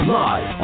live